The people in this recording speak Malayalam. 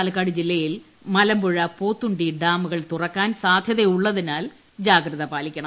പാലക്കാട് ജില്ലയിൽ മലമ്പുഴ പൊത്തുണ്ടി ഡാമുകൾ തുറക്കാൻ സാധ്യതയുള്ളതിനാൽ ജാഗ്രതപാല്പിക്ക്ണം